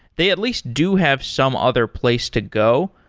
they at least do have some other place to go.